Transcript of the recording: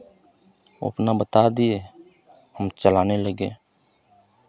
वो अपना बता दिए हम चलाने लगे